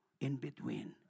in-between